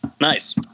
nice